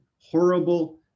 horrible